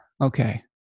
Okay